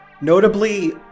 notably